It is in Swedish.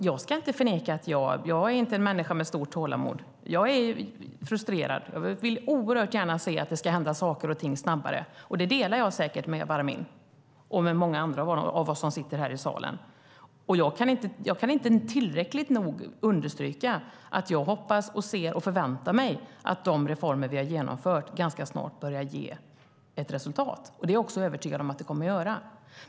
Jag är inte en människa med stort tålamod. Jag är frustrerad och vill oerhört gärna att det ska hända saker och ting snabbare, och det delar jag säkert med Jabar Amin och många andra av oss här i salen. Jag kan inte tillräckligt nog understryka att jag hoppas få se, och förväntar mig, att de reformer vi har genomfört ganska snart börjar ge resultat. Det är jag också övertygad om att de kommer att göra.